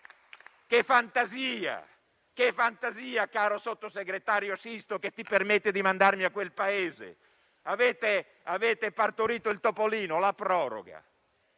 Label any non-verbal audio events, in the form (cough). (applause) Che fantasia, caro sottosegretario Sisto, che ti permetti di mandarmi a quel paese: avete partorito il topolino, ossia la proroga.